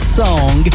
song